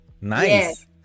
Nice